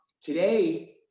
Today